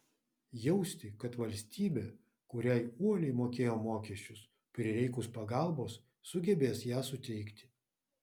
jausti kad valstybė kuriai uoliai mokėjo mokesčius prireikus pagalbos sugebės ją suteikti